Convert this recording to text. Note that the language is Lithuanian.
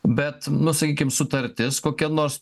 bet nu sakykim sutartis kokia nors